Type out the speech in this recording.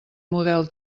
model